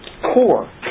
core